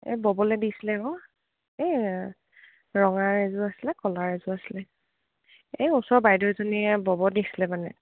এই ববলে দিছিলে ক এই ৰঙা এযোৰ আছিলে কলাৰ এযোৰ আছিলে এই ওচৰ বাইদেউজনীয়ে বব দিছিলে মানে